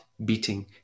Beating